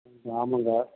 ம் ஆமாங்க